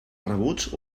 rebuts